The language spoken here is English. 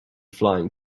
flying